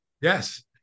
Yes